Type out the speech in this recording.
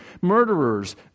murderers